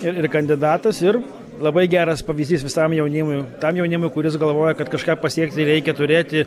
ir kandidatas ir labai geras pavyzdys visam jaunimui tam jaunimui kuris galvoja kad kažką pasiekti reikia turėti